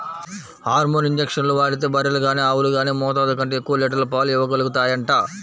hormone ఇంజక్షన్లు వాడితే బర్రెలు గానీ ఆవులు గానీ మోతాదు కంటే ఎక్కువ లీటర్ల పాలు ఇవ్వగలుగుతాయంట